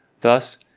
Thus